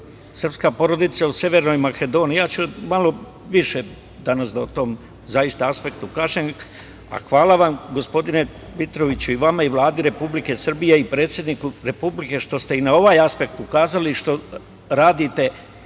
srpska porodica u Severnoj Makedoniji. Ja ću malo više danas o tom aspektu da kažem, a hvala vam gospodine Dmitrović i vama i Vladi Republike Srbije i predsedniku Republike što ste i na ovaj aspekt ukazali i što radite,